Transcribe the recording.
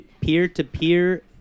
peer-to-peer